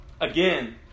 Again